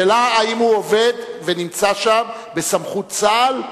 השאלה היא אם הוא עובד ונמצא שם בסמכות צה"ל,